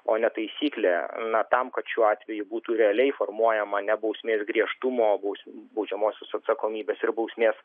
o ne taisyklė na tam kad šiuo atveju būtų realiai formuojama ne bausmės griežtumo bausmė baudžiamosios atsakomybės ir bausmės